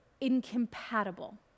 incompatible